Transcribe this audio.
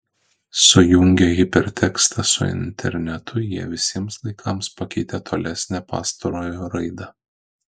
sujungę hipertekstą su internetu jie visiems laikams pakeitė tolesnę pastarojo raidą